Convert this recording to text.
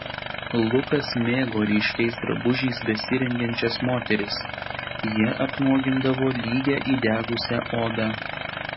lukas mėgo ryškiais drabužiais besirengiančias moteris jie apnuogindavo lygią įdegusią odą